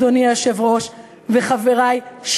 אדוני היושב-ראש וחברי,